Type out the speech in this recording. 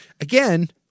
Again